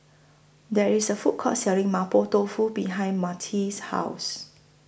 There IS A Food Court Selling Mapo Tofu behind Myrtie's House